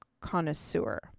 Connoisseur